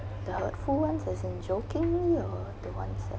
the hurtful ones as in joking or the ones that